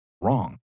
wrong